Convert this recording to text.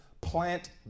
plant